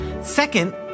Second